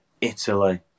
Italy